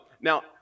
Now